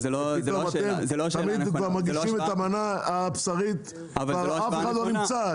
כבר מגישים את המנה הבשרית כשאף אחד לא נמצא.